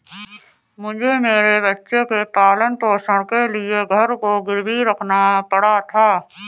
मुझे मेरे बच्चे के पालन पोषण के लिए घर को गिरवी रखना पड़ा था